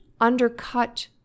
undercut